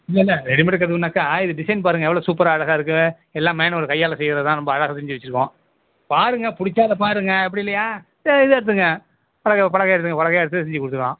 இல்லயில்ல ரெடிமேட் கல்லுன்னாக்கா இது டிசைன் பாருங்கள் எவ்வளோ சூப்பராக அழகாக இருக்குது எல்லாமே மேனுவல் கையால் செய்கிறதுதான் ரொம்ப அழகாக செஞ்சு வச்சிருக்கோம் பாருங்கள் பிடிச்சா இதை பாருங்கள் அப்படி இல்லையா சரி இது எடுத்துக்கோங்க பலகை எடுத்துக்கோங்க பலகையாக எடுத்து செய்ய கொடுத்துக்கலாம்